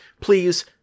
please